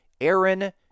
Aaron